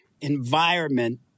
environment